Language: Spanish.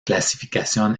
clasificación